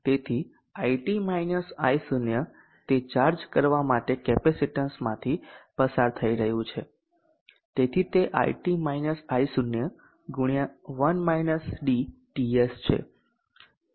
તેથી IT - I0 તે charge કરવા માટે કેપેસિટીન્સમાંથી પસાર થઈ રહ્યું છે તેથી તે IT - I0 ગુણ્યા TS છે